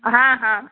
हाँ हाँ